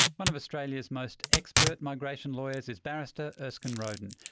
one of australia's most expert migration lawyers is barrister erskine rodan,